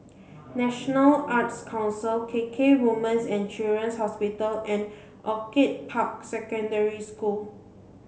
National Arts Council K K Woman's and Children's Hospital and Orchid Park Secondary School